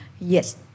Yes